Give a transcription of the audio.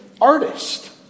artist